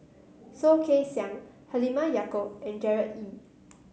Soh Kay Siang Halimah Yacob and Gerard Ee